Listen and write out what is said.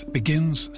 begins